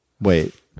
Wait